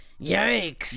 Yikes